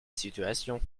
situation